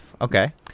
okay